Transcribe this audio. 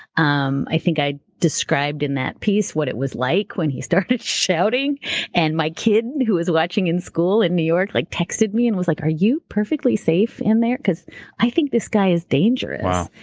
um i think i described in that piece what it was like when he started shouting, and my kid who was watching in school in new york like texted me and was like, are you perfectly safe in there? because i think this guy is dangerous. wow.